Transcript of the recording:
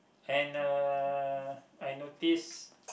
and uh I notice